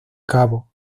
cabo